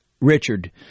Richard